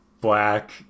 black